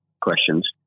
questions